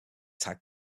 tag